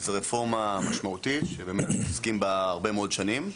זו רפורמה משמעותית שבאמת מתעסקים בה הרבה מאוד שנים.